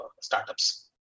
startups